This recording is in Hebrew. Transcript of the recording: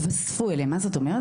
מה זאת אומרת?